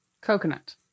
coconut